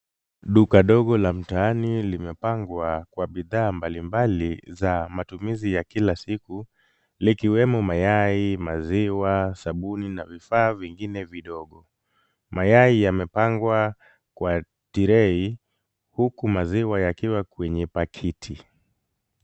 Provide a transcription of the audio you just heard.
Duka dogo la mtaani limepangwa kwa bidhaa mbalimbali za matumizi ya kila siku likiwemo mayai, maziwa, sabuni na vifaa vingine vidogo. Mayai yamepangwa kwa tray huku maziwa yakiwa kwenye pakiti.